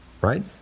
right